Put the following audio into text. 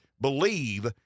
believe